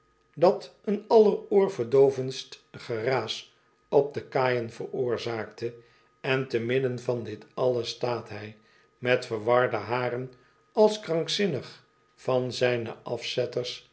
dat een aller oorverdoovendst geraas op de kaaien veroorzaakte en te midden van dit alles staat hij mer verwarde haren als krankzinnig van zijne afzetters